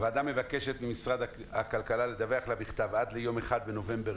הוועדה מבקשת ממשרד הכלכלה לדווח לה בכתב עד ליום 1 בנובמבר